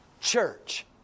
church